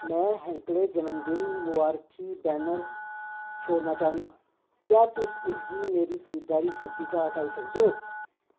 में हैंकले जनमदिन मुबारकी बैनर छोड़ना चाह्न्नां क्या तुस इसगी मेरी खरीदारी सूची चा हटाई सकदे ओ